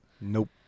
Nope